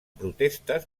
protestes